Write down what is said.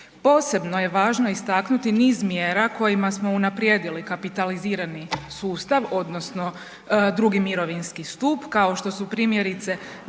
Posebno je važno istaknuti niz mjera kojima smo unaprijedili kapitalizirani sustav odnosno II mirovinski stup kao što su primjerice